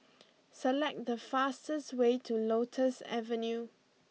select the fastest way to Lotus Avenue